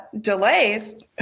delays